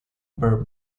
were